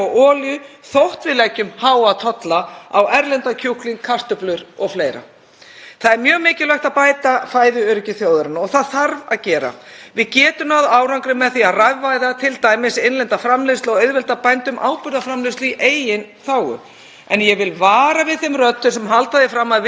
Við getum náð árangri með því að rafvæða t.d. innlenda framleiðslu og auðvelda bændum áburðarframleiðslu í eigin þágu. En ég vil vara við þeim röddum sem halda því fram að viðskiptahömlur bæti öryggi okkar. Þvert á móti draga þær úr möguleikum okkar til að tryggja nægilegt framboð af fæði ef skortur verður á heimsvísu.